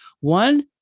one